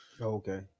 okay